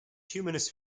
humanist